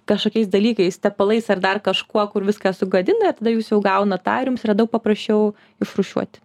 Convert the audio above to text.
kažkokiais dalykais tepalais ar dar kažkuo kur viską sugadina ir tada jūs jau gaunat tą ir jums yra daug paprasčiau išrūšiuot